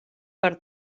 per